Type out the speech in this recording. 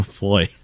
Boy